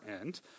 end